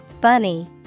Bunny